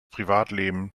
privatleben